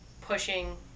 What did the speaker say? pushing